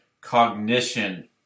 cognition